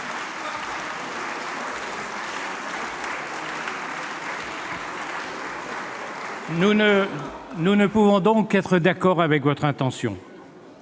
Nous ne pouvons qu'être d'accord avec votre intention.